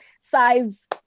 size